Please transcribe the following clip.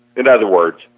in other words,